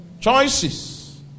Choices